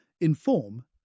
inform